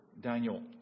Daniel